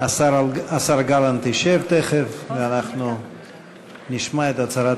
השר גלנט ישב תכף ואנחנו נשמע את הצהרת